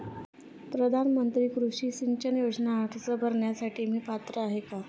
प्रधानमंत्री कृषी सिंचन योजना अर्ज भरण्यासाठी मी पात्र आहे का?